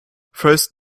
first